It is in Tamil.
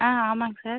ஆ ஆமாம்ங்க சார்